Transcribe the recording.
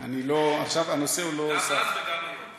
גם אז וגם היום.